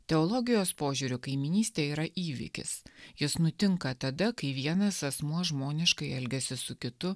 teologijos požiūriu kaimynystė yra įvykis jis nutinka tada kai vienas asmuo žmoniškai elgiasi su kitu